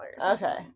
Okay